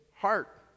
heart